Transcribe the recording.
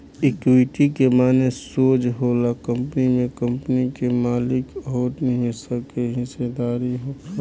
equity के माने सोज होला कंपनी में कंपनी के मालिक अउर निवेशक के हिस्सेदारी होखल